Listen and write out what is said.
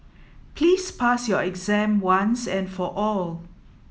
please pass your exam once and for all